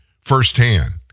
firsthand